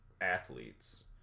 athletes